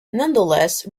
nonetheless